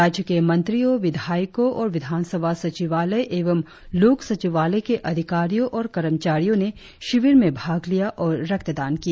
राज्य के मंत्रियो विधायको और विधानसभा सचिवालय एवं लोक सचिवालय के अधिकारियों और कर्मचारियो ने शिवीर में भाग लिया और रक्त दान किया